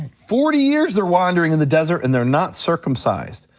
forty years they're wandering in the desert and they're not circumcised.